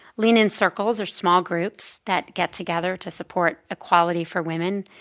lean in circles are small groups that get together to support equality for women.